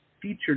featured